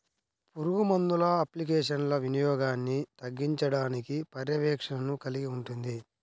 పురుగుమందుల అప్లికేషన్ల వినియోగాన్ని తగ్గించడానికి పర్యవేక్షణను కలిగి ఉంటుంది